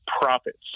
profits